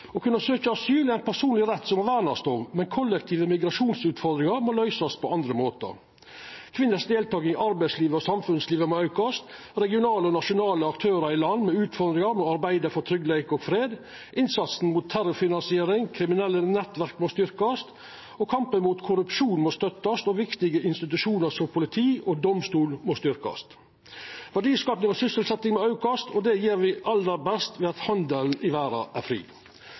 Å kunna søkja asyl er ein personleg rett som må vernast om, men kollektive migrasjonsutfordringar må løysast på andre måtar: Kvinners deltaking i arbeidslivet og samfunnslivet må aukast. Regionale og nasjonale aktørar i land med utfordringar må arbeida for tryggleik og fred. Innsatsen mot terrorfinansiering og kriminelle nettverk må styrkjast. Kampen mot korrupsjon må støttast, og viktige institusjonar som politi og domstolar må styrkjast. Verdiskapinga og sysselsetjinga må aukast, og det gjer vi aller best ved at handelen i verda er fri.